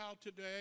today